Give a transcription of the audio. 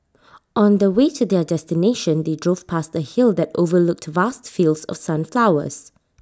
on the way to their destination they drove past A hill that overlooked vast fields of sunflowers